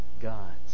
gods